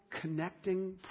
connecting